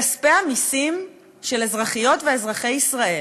כספי המסים של אזרחיות ואזרחי ישראל,